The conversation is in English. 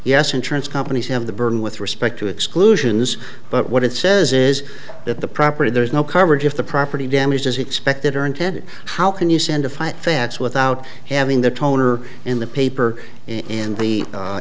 yes insurance companies have the burden with respect to exclusions but what it says is that the property there's no coverage of the property damage as expected or intended how can you send a five fats without having the toner in the paper in the